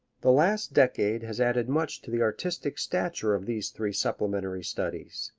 the last decade has added much to the artistic stature of these three supplementary studies.